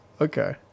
Okay